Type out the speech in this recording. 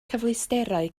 cyfleusterau